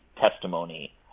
testimony